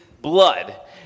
blood